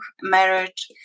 marriage